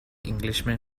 englishman